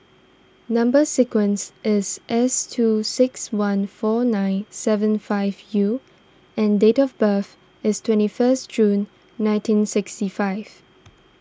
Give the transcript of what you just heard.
Number Sequence is S two six one four nine seven five U and date of birth is twenty first June nineteen sixty five